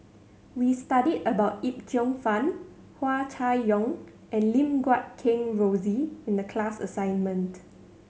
we studied about Yip Cheong Fun Hua Chai Yong and Lim Guat Kheng Rosie in the class assignment